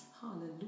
Hallelujah